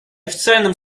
официальном